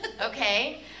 Okay